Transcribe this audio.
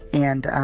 and